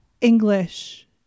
English